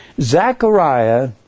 Zechariah